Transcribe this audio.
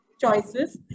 Choices